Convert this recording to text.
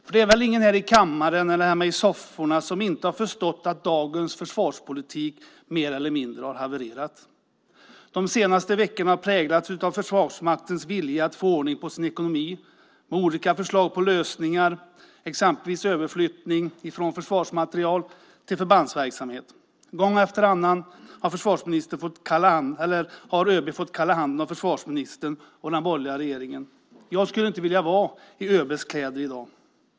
Det finns väl ingen här i kammaren eller hemma i sofforna som inte har förstått att dagens försvarspolitik mer eller mindre har havererat. De senaste veckorna har präglats av Försvarsmaktens vilja att få ordning på sin ekonomi med olika förslag på lösningar, exempelvis överflyttning från försvarsmateriel till förbandsverksamhet. Gång efter annan har ÖB fått kalla handen av försvarsministern och den borgerliga regeringen. Jag skulle inte vilja vara i ÖB:s kläder i dag.